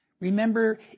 Remember